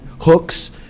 hooks